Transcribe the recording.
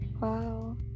wow